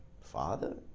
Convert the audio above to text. Father